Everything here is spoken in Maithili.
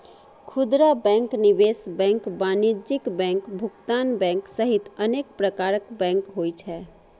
खुदरा बैंक, निवेश बैंक, वाणिज्यिक बैंक, भुगतान बैंक सहित अनेक प्रकारक बैंक होइ छै